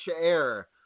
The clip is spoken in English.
air